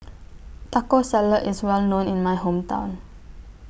Taco Salad IS Well known in My Hometown